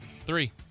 three